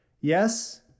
Yes